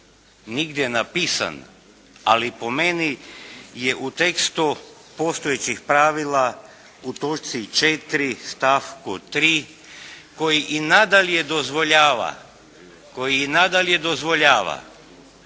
nigdje napisan, ali po meni je u tekstu postojećih pravila u točci 4. stavku 3. koji i nadalje dozvoljava